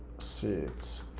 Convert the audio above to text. seats.